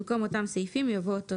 במקום "אותם סעיפים" יבוא "אותו